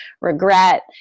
regret